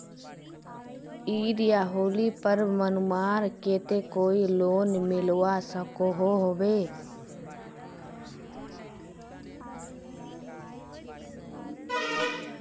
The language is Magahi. ईद या होली पर्व मनवार केते कोई लोन मिलवा सकोहो होबे?